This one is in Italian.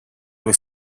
lui